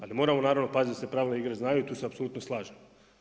A da moramo naravno paziti da se pravila igre znaju i tu se apsolutno slažem.